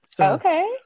okay